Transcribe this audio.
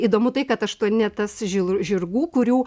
įdomu tai kad aštuonetas žil žirgų kurių